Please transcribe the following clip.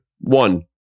One